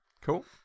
cool